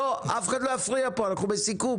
אף אחד לא יפריע פה, אנחנו בסיכום.